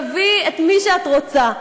תביאי את מי שאת רוצה.